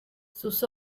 sus